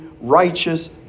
righteous